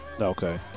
Okay